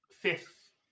fifth